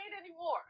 anymore